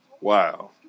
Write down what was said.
Wow